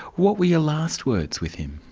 what were your last words with him?